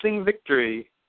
victory